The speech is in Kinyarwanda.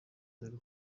dore